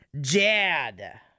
Jad